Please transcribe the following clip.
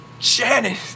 Shannon